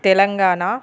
Telangana